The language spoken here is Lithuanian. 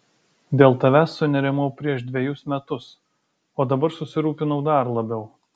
dėl tavęs sunerimau prieš dvejus metus o dabar susirūpinau dar labiau